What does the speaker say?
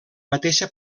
mateixa